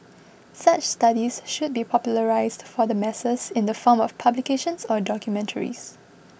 such studies should be popularised for the masses in the form of publications or documentaries